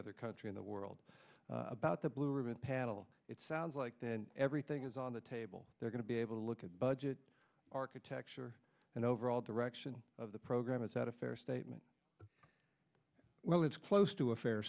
other in the world about the blue ribbon panel it sounds like everything is on the table they're going to be able to look at budget architecture and overall direction of the program is that a fair statement well it's close to a fair